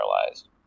paralyzed